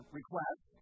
request